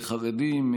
חרדים,